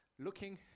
looking